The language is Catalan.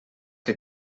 que